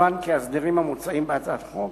יצוין כי ההסדרים המוצעים בהצעת החוק